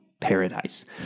paradise